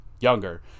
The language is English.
Younger